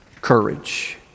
courage